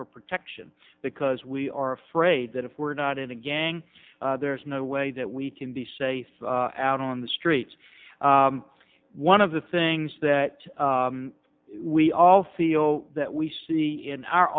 for protection because we are afraid that if we're not in a gang there's no way that we can be safe out on the streets one of the things that we all feel that we see in our